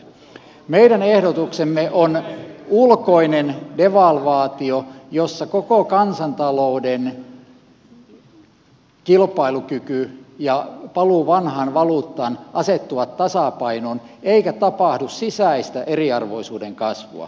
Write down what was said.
meidän ehdotuksemme on ulkoinen devalvaatio jossa koko kansantalouden kilpailukyky ja paluu vanhaan valuuttaan asettuvat tasapainoon eikä tapahdu sisäistä eriarvoisuuden kasvua